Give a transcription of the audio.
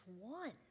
one